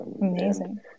amazing